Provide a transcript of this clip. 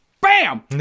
bam